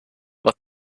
what